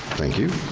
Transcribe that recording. thank you.